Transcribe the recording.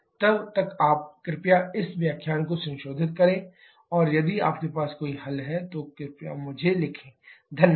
तब तक आप कृपया इस व्याख्यान को संशोधित करें और यदि आपके पास कोई प्रश्न है तो कृपया मुझे लिखें धन्यवाद